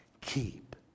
keep